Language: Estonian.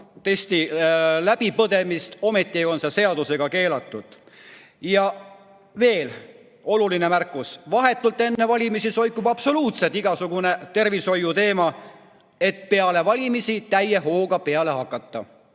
[või] läbipõdemise [tõendit]. Ometi on see seadusega keelatud. Veel üks oluline märkus. Vahetult enne valimisi soikub absoluutselt igasugune tervishoiuteema, et peale valimisi täie hooga peale hakata.